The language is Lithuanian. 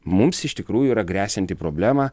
mums iš tikrųjų yra gresianti problema